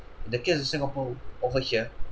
the case in singapore over here